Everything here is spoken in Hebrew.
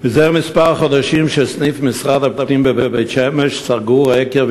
סניף משרד הפנים בבית-שמש סגור זה כמה חודשים